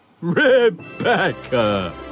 Rebecca